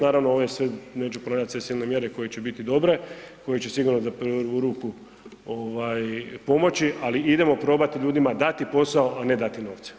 Naravno, ove sve međupronacesilne mjere koje će biti dobre, koje će sigurno za prvu ruku ovaj pomoći, ali idemo probati ljudima dati posao, a ne dati novce.